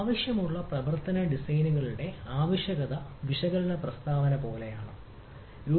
ആവശ്യമുള്ള പ്രവർത്തന ഡിസൈനുകളുടെ ആവശ്യകത വിശകലന പ്രസ്താവന പോലെ ആണ്